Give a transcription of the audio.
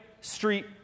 street